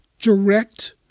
direct